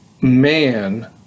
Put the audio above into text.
man